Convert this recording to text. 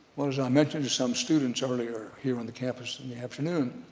well as i mentioned to some students earlier here on the campus in the afternoon,